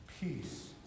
peace